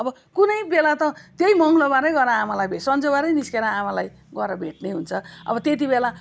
अब कुनै बेला त त्यही मङ्गलबारै गएर आमालाई भेट्नु सञ्चबारै निस्केर आमालाई गएर भेट्ने हुन्छ अब त्यतिबेला